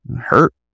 Hurt